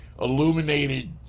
illuminated